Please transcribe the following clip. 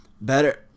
better